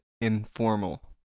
informal